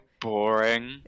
boring